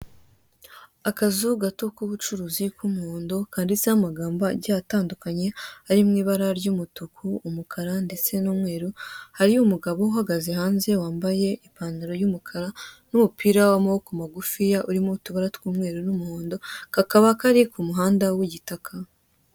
Akazu gato k'ubucuruzi k'umuhondo kanditseho amagambo agiye atandukanye ari mu ibara ry'umutuku, umukara ndetse n'umweru; hari umugabo uhagaze hanze wambaye ipantaro y'umukara n'umupira w'amaboko magufiya, urimo utubara tw'umweru n'umuhondo, kakaba kari ku muhanda w'igitaka.